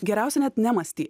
geriausia net nemąstyt